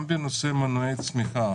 גם בנושא מנועי צמיחה